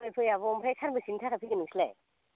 फै फै आब' आमफाय सानबेसेनि थाखाय फैगोन नोंसोरलाय